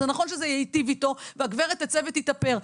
וזה נכון שזה ייטיב איתו והגברת תצא ותתאפר,